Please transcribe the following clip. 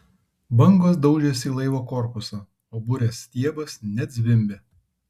bangos daužėsi į laivo korpusą o burės stiebas net zvimbė